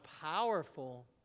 powerful